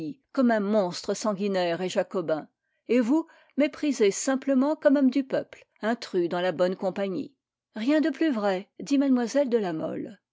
comme un monstre sanguinaire et jacobin et vous méprisé simplement comme homme du peuple intrus dans la bonne compagnie rien de plus vrai dit mlle de la mole